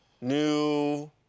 new